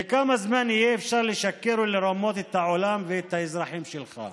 כמה זמן יהיה אפשר לשקר ולרמות את העולם ואת האזרחים שלך?